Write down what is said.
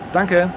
Danke